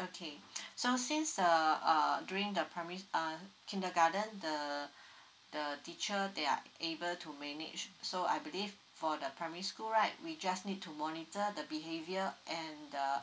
okay so since err err during the primary uh kindergarten the the teacher they are able to manage so I believe for the primary school right we just need to monitor the behavior and the